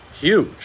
huge